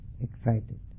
excited